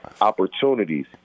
opportunities